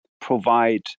provide